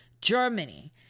Germany